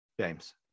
james